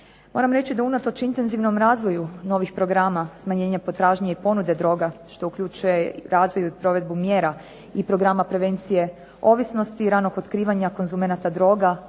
Moram reći da unatoč intenzivnom razvoju novih programa smanjenja potražnje i ponude droga što uključuje i razradu i provedbu mjera i programa prevencije ovisnosti, ranog otkrivanja konzumenata droga